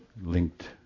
linked